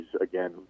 again